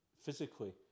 physically